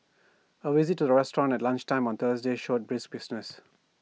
A visit to the restaurant at lunchtime on Thursday showed brisk business